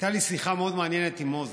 הייתה לי שיחה מאוד מעניינת עם מוזס.